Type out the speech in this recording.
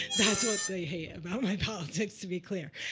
that's what they hate about my politics, to be clear.